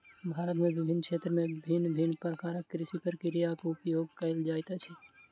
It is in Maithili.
भारत में विभिन्न क्षेत्र में भिन्न भिन्न प्रकारक कृषि प्रक्रियाक उपयोग कएल जाइत अछि